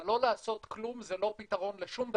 אבל לא לעשות כלום זה לא פתרון לשום דבר.